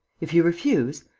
if you refuse,